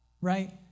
Right